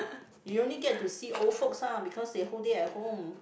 you only get to see old folks lah because they whole day at home